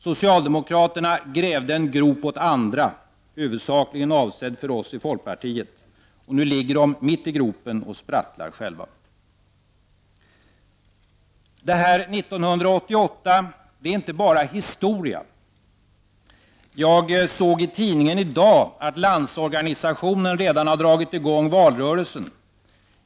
Socialdemokraterna grävde en grop åt andra, huvudsakligen avsedd för oss i folkpartiet, och nu ligger de själva mitt i gropen och sprattlar. Det som hände 1988 är inte bara historia. Jag såg i tidningen i dag att Landsorganisationen redan har dragit i gång valrörelsen.